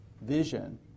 vision